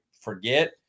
forget